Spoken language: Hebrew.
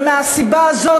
ומהסיבה הזאת,